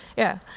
yeah.